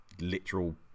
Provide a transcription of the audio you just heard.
literal